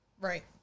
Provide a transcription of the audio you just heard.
Right